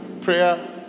prayer